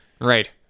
Right